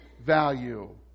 value